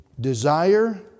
desire